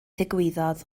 ddigwyddodd